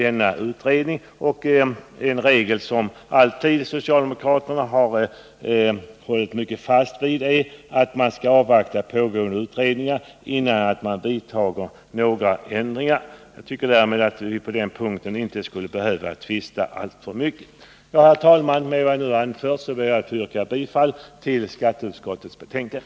En regel som socialdemokraterna alltid har hållit fast vid är att man skall avvakta pågående utredningar innan man vidtar några ändringar, och jag anser därmed att vi inte skulle behöva tvista alltför mycket på den punkten. Herr talman! Med vad jag nu har anfört ber jag att få yrka bifall till hemställan i skatteutskottets betänkande.